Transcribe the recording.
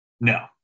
No